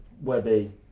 Webby